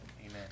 Amen